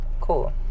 cool